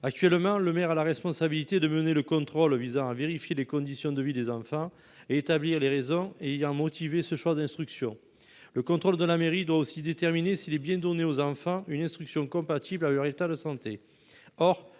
Actuellement, le maire a la responsabilité de mener le contrôle visant à vérifier les conditions de vie des enfants et à établir les raisons ayant motivé ce choix d'instruction. Le contrôle de la mairie doit aussi déterminer s'il est bien donné aux enfants une instruction compatible avec leur état de santé.